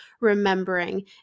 remembering